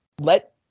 let